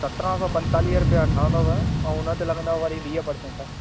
सत्रहां सौ पंतालीह रुपया ठहंदुव ऐं हुन ते लॻंदुव वरी वीह पर्सेंट